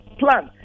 plan